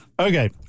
Okay